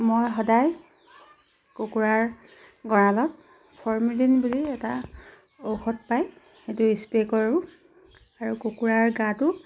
মই সদায় কুকুৰাৰ গঁৰালত ফৰ্মেলিন বুলি এটা ঔষধ পায় সেইটো স্প্ৰে' কৰোঁ আৰু কুকুৰাৰ গাটো